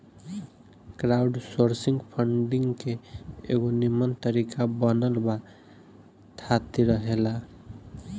crowdsourcing funding के एगो निमन तरीका बनल बा थाती रखेला